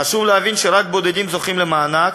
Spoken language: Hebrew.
חשוב להבין שרק בודדים זוכים למענק,